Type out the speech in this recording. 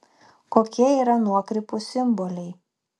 kokie yra nuokrypų simboliai